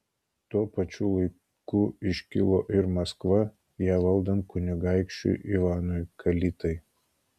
tuo pačiu laiku iškilo ir maskva ją valdant kunigaikščiui ivanui kalitai